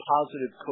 positive